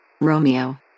Romeo